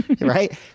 right